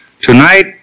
Tonight